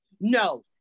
no